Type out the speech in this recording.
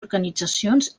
organitzacions